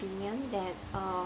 opinion that uh